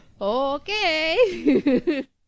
Okay